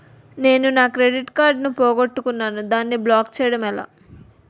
నేను నా credit card పోగొట్టుకున్నాను దానిని బ్లాక్ చేయడం ఎలా?